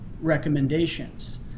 recommendations